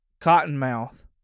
Cottonmouth